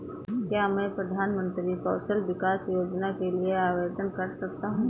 क्या मैं प्रधानमंत्री कौशल विकास योजना के लिए आवेदन कर सकता हूँ?